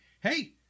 hey